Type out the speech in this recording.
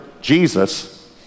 Jesus